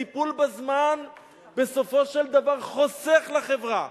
טיפול בזמן בסופו של דבר חוסך לחברה,